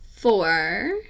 four